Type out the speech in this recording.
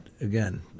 again